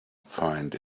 find